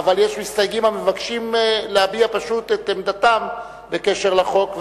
מסתייגים המבקשים פשוט להביע את עמדתם בקשר לחוק,